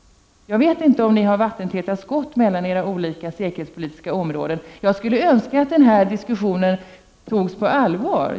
Har ni vattentäta skott mellan era olika säkerhetspolitiska områden? Jag skulle önska att den här frågan togs på allvar.